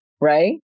Right